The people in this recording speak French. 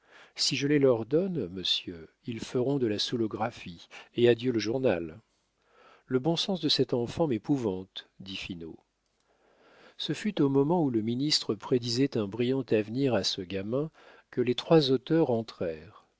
si je les leur donne monsieur ils feront de la soûlographie et adieu le journal le bon sens de cet enfant m'épouvante dit finot ce fut au moment où le ministre prédisait un brillant avenir à ce gamin que les trois auteurs